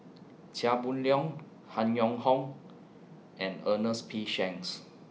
Chia Boon Leong Han Yong Hong and Ernest P Shanks